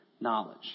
knowledge